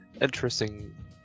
interesting